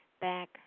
back